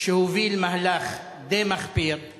שהוביל מהלך די מחפיר /